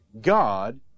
God